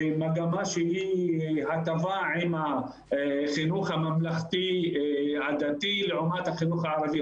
במגמה שהיא הטבה עם החינוך הממלכתי דתי לעומת החינוך הערבי.